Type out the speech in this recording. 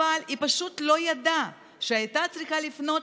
אבל היא פשוט לא ידעה שהיא הייתה צריכה לפנות